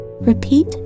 repeat